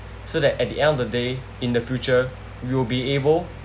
so that at the end of the day in the future we will be able